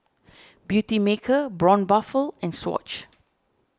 Beautymaker Braun Buffel and Swatch